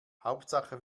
hauptsache